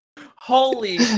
Holy